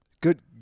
Good